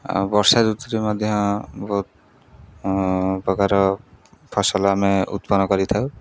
ଆଉ ବର୍ଷା ଋତୁରେ ମଧ୍ୟ ବହୁତ ପ୍ରକାର ଫସଲ ଆମେ ଉତ୍ପନ୍ନ କରିଥାଉ